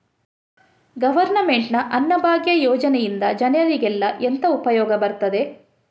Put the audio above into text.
Government ನ ಅನ್ನಭಾಗ್ಯ ಯೋಜನೆಯಿಂದ ಜನರಿಗೆಲ್ಲ ಎಂತ ಉಪಯೋಗ ಇರ್ತದೆ?